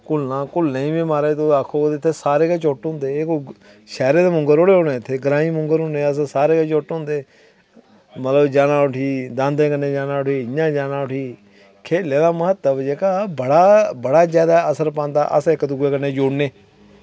कूह्लना कूह्लने गी म्हाराज आक्खो कि सारे गै चुट्ट होंदे शैह्रें दे मुंग्गर थोह्ड़े होने ग्रांईं मुंग्गर होने अस सारे गै चुट्ट होंदे मालै कन्नै जाना उठी दांदें कन्नै जाना उठी इंया जाना उठी खेलें दा महत्व जेह्ड़ा बड़ा जादा असर पांदा अस इक्क दूऐ कन्नै जुड़ने